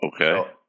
Okay